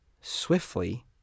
swiftly